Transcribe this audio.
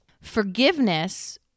Forgiveness